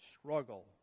struggle